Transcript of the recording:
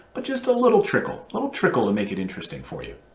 but just a little trickle, little trickle to make it interesting for you.